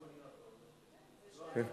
אם אני אחרון,